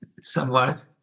somewhat